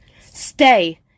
Stay